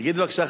תגיד בבקשה,